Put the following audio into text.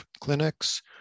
clinics